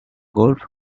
golf